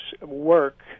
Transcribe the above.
work